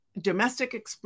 domestic